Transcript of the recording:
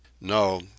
No